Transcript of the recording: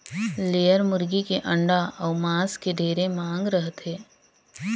layer मुरगी के अंडा अउ मांस के ढेरे मांग रहथे